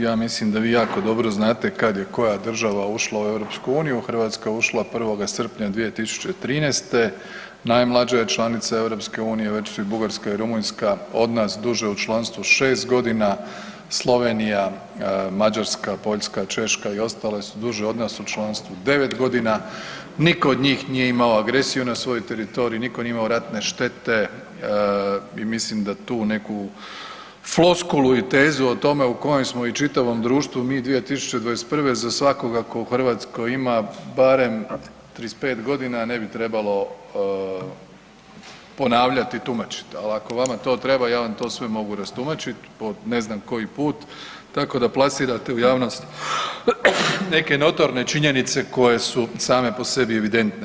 Ja mislim da vi jako dobro znate kad je koja država ušla u EU, Hrvatska je ušla 1. srpnja 2013., najmlađa je članica EU-a, već su Bugarska i Rumunjska od nas duže u članstvu 6 g., Slovenija, Mađarska, Poljska, Češka i ostale su duže od nas u članstvu 9 g., niko od njih nije imao agresiju na svojoj teritoriji, niko nije imao ratne štete, i mislim da tu neku floskulu i tezu o tome o kojoj smo i čitavom društvu mi 2021. za svakoga tko u Hrvatskoj ima barem 35 g., ne bi trebalo ponavljati i tumačit, ali ako vama to treba, ja vam to sve mogu rastumačit po ne znam koji put, tako da plasirate u javnost neke notorne činjenice koje su same po sebi evidentne.